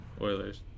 Oilers